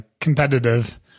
competitive